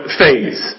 phase